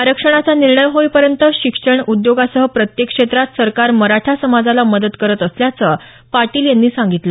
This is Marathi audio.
आरक्षणाचा निर्णय होई पर्यंत शिक्षण उद्योगासह प्रत्येक क्षेत्रात सरकार मराठा समाजाला मदत करत असल्याचं पाटील यांनी सांगितलं